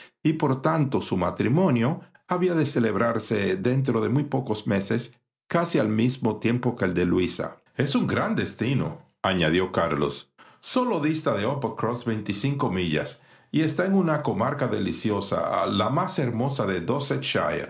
y por tanto su matrimonio había de celebrarse dentro de muy pocos meses casi al mismo tiempo que el de luisa es un gran destinoañadió carlos sólo dista de uppercross veinticinco millas y está en una comarca deliciosa la más hermosa de